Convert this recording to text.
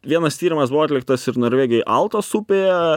vienas tyrimas buvo atliktas ir norvegijai altos upėje